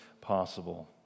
possible